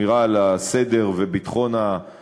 גם של שמירה על הסדר וביטחון הציבור.